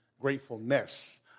gratefulness